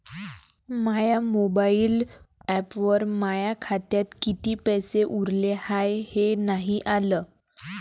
माया mobile ॲपवर माया खात्यात किती पैसे उरले हाय हे नाही आलं